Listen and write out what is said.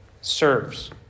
serves